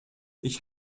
ich